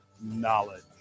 knowledge